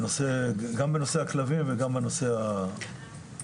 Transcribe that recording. גם בנושא הכלבים וגם בנושא המאבטחים.